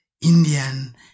indian